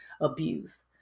abuse